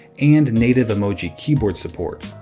and native emoji keyboard support.